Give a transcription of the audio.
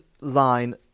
line